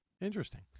Interesting